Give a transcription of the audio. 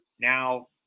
now